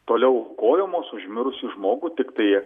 toliau aukojamos už mirusį žmogų tiktai